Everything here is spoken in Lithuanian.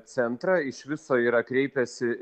centrą iš viso yra kreipęsi